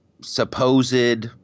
supposed